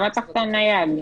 למה צריך את הנייד?